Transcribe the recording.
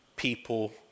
people